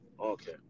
Okay